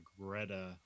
Greta